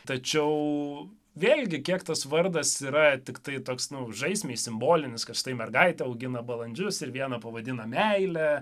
tačiau vėlgi kiek tas vardas yra tiktai toks nu žaismei simbolinis kad štai mergaitė augina balandžius ir vieną pavadina meile